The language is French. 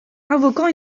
invoquant